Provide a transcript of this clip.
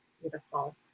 beautiful